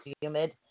humid